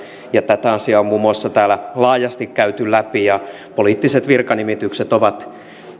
ja tätä asiaa on muun muassa täällä laajasti käyty läpi ja poliittiset virkanimitykset ovat